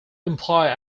imply